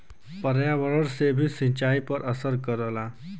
पर्यावरण से भी सिंचाई पर असर करला